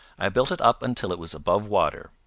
i built it up until it was above water.